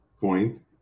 point